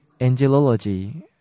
angelology